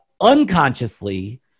unconsciously